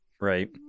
Right